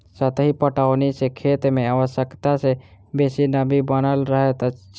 सतही पटौनी सॅ खेत मे आवश्यकता सॅ बेसी नमी बनल रहैत अछि